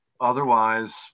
otherwise